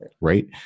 Right